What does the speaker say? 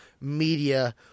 media